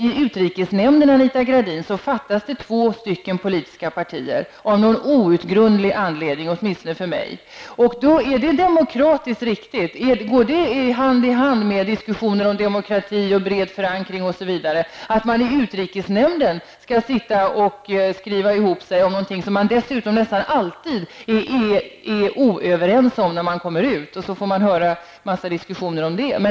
I utrikesnämnden, Anita Gradin, saknas två politiska partier av någon outgrundlig anledning, åtminstone för mig. Är det demokratiskt riktigt? Går det hand i hand med diskussionen om demokrati och bred förankring att man i utrikesnämnden skall sitta och skriva ihop sig om någonting som det dessutom nästan alltid visar sig att man inte är överens om när man har kommit ut. Sedan får man höra en massa diskussioner om det.